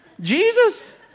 Jesus